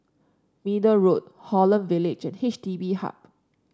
Middle Road Holland Village H D B Hub